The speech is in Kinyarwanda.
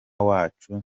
wacu